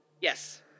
Yes